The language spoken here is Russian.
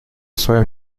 своем